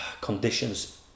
Conditions